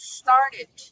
started